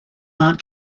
not